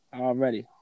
Already